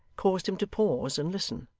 caused him to pause and listen.